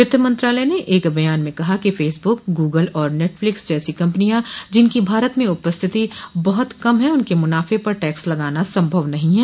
वित्त मंत्रालय ने एक बयान में कहा है कि फेसबुक गूगल और नेटफ्लिक्स जैसी कंपनियां जिनकी भारत में उपस्थिति बहत कम है उनके मुनाफे पर टैक्स लगाना संभव नहीं है